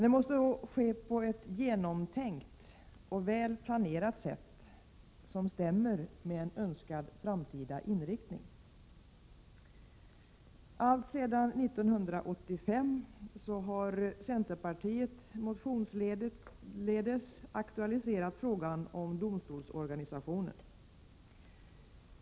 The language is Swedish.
Det måste dock ske på ett genomtänkt och väl planerat sätt som stämmer med en önskad framtida inriktning. Alltsedan 1985 har centerpartiet motionsledes aktualiserat frågan om domstolsorganisationen.